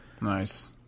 Nice